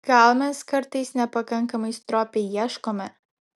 gal mes kartais nepakankamai stropiai ieškome